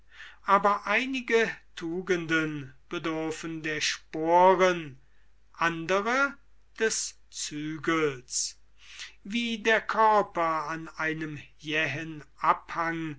aber einige tugenden bedürfen der sporen andere des zügels wie der körper an einem jähen abhang